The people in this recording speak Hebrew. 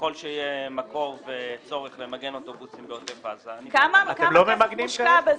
ככל שיהיה מקור וצורך למגן אוטובוסים בעוטף עזה- - כמה השקעה יש בזה?